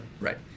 Right